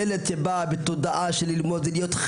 ילד מגיע לבית הספר בתודעה שהוא חלק,